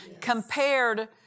compared